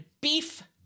beef